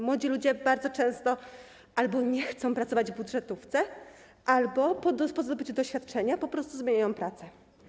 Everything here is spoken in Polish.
Młodzi ludzie bardzo często albo nie chcą pracować w budżetówce, albo po zdobyciu doświadczenia po prostu zmieniają pracę.